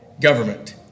government